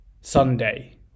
Sunday